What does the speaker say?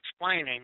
explaining